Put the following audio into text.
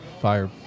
fire